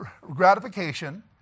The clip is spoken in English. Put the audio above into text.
gratification